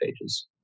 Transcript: pages